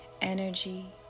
energy